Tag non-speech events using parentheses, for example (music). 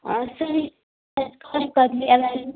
(unintelligible)